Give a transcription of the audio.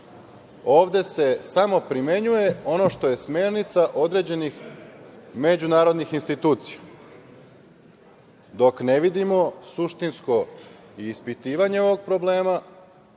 ovde se samo primenjuje ono što je smernica određenih međunarodnih institucija. Dok ne vidimo suštinsko ispitivanje ovog problema,